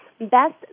Best